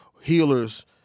healers